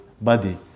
body